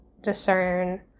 discern